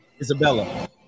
Isabella